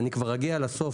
כבר אגיד לסוף,